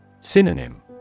Synonym